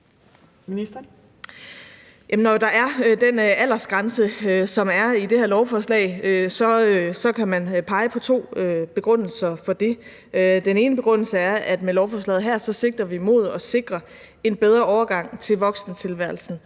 Når der er den aldersgrænse, som der er i det her lovforslag, så kan man pege på to begrundelser for det. Den ene begrundelse er, at med lovforslaget her sigter vi mod at sikre en bedre overgang til voksentilværelsen